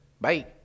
Bye